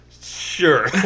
Sure